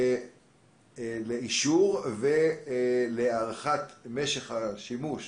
לאישור ולהארכת משך השימוש